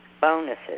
bonuses